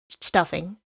stuffing